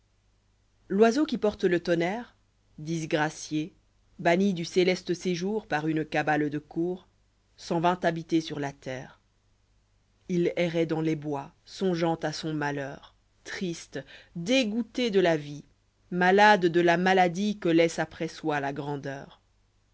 ioisean qui porte le tonnerre d'syacié banni du céleste séjour par une cabale de cour s'en vint habiter'sur la terre il erreit dans les bois songeant à son malheur triste dégoûté de la vie malade de la maladie que laisse après soi la grandeur